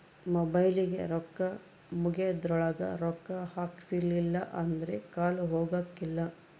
ಮೊಬೈಲಿಗೆ ರೊಕ್ಕ ಮುಗೆದ್ರೊಳಗ ರೊಕ್ಕ ಹಾಕ್ಸಿಲ್ಲಿಲ್ಲ ಅಂದ್ರ ಕಾಲ್ ಹೊಗಕಿಲ್ಲ